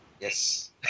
Yes